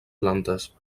plantes